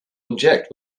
object